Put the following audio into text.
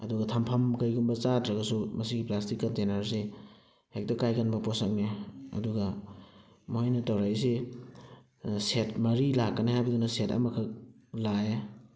ꯑꯗꯨꯒ ꯊꯝꯐꯝ ꯀꯩꯒꯨꯝꯕ ꯆꯥꯗ꯭ꯔꯒꯁꯨ ꯃꯁꯤꯒꯤ ꯄ꯭ꯂꯥꯁꯇꯤꯛ ꯀꯟꯇꯦꯅꯔ ꯑꯁꯤ ꯍꯦꯛꯇ ꯀꯥꯏꯒꯟꯕ ꯄꯣꯠꯁꯛꯅꯤ ꯑꯗꯨꯒ ꯃꯣꯏꯅ ꯇꯧꯔꯛꯏꯁꯤ ꯁꯦꯠ ꯃꯔꯤ ꯂꯥꯛꯀꯅꯤ ꯍꯥꯏꯕꯗꯨꯅ ꯁꯦꯠ ꯑꯃꯈꯛ ꯂꯥꯛꯑꯦ